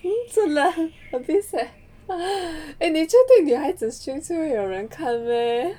so obvious and nature guides and superior and cover